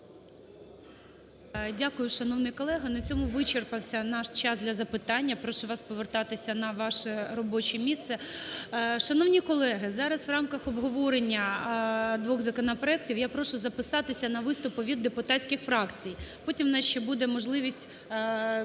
Дякую, шановний колего. На цьому вичерпався наш час для запитань. Прошу вас повертатися на ваше робоче місце. Шановні колеги, зараз в рамках обговорення двох законопроектів я прошу записатися на виступ від депутатських фракцій. Потім у нас ще буде можливість